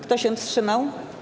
Kto się wstrzymał?